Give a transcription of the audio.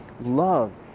love